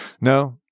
No